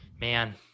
Man